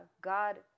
God